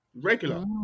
Regular